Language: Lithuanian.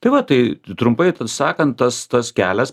tai va tai trumpai taip sakant tas tas kelias